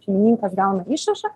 šeimininkas gauna išrašą